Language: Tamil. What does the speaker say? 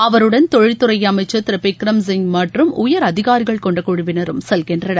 அவருடன் தொழில்துறை அமைச்சர் திரு பிக்ரம் சிவ் மற்றம் உயர் அதிகாரிகள்கொண்ட குழுவினரும் செல்கின்றனர்